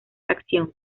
acción